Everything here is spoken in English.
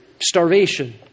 Starvation